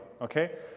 okay